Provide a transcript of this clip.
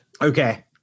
Okay